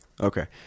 Okay